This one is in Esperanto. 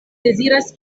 deziras